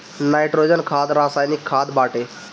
nitrogen खाद रासायनिक खाद बाटे